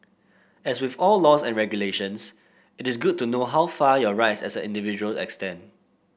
as with all laws and regulations it is good to know how far your rights as individuals extend